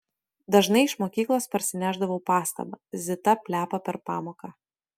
dažnai iš mokyklos parsinešdavau pastabą zita plepa per pamoką